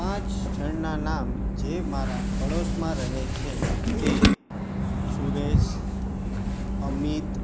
પાંચ જણનાં નામ જે મારાં પાડોશમાં રહે છે તે સુરેશ અમિત